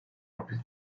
hapis